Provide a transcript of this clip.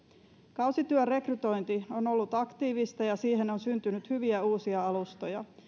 kausityön rekrytointi on ollut aktiivista ja siihen on syntynyt hyviä uusia alustoja